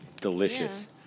delicious